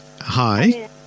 Hi